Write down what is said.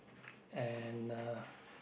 and uh